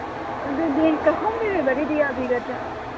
ꯑꯗꯨꯗꯤ ꯍꯣꯝ ꯗꯤꯂꯤꯚꯔꯤꯗꯤ ꯌꯥꯕꯤꯒꯗ꯭ꯔ